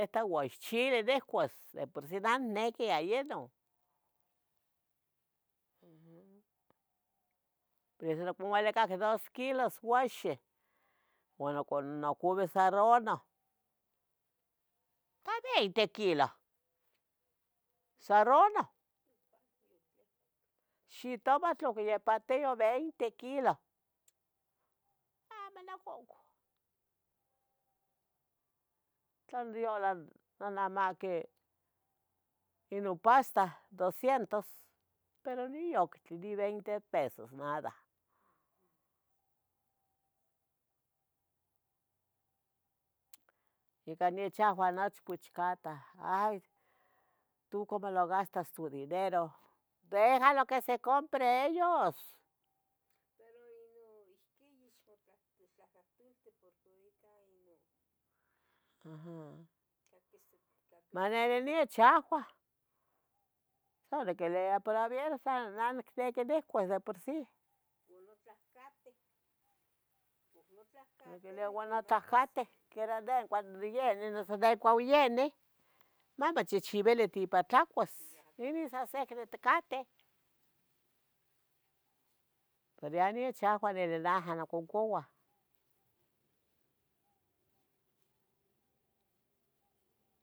. Uax chileh nicuas de por sí iniqui aye non ajan, oquiualicaqueh dos kilos uaxen uan ohcon, ohcon visarorno, ta veinte kilo sarorno, xitomatl oyec patio ta veinte kilo amo noconcou, esitación. amaquin inon pasta docientos nic octli ni veinte pesos nada. Nican nechahua nochpoch tatah. "Ay tu como lo gastas tu dinero" ¡Dejalo que se compre ellos!. Maneh nechaua, maniquilevia todavia fiero, ma nicniqui nicuas de por sí Notlahcuateh, notlahcuateh Uan notlahcuateh, de cuaoyenih mochihchivili nipan tlacuas nin sanse diticateh, pero yeh nechahua didihca nicocouah.